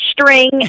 string